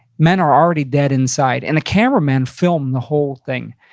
men are already dead inside and the cameramen filmed the whole thing.